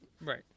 Right